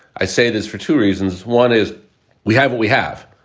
i say this for two reasons. one is we have what we have.